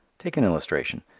take an illustration.